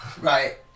Right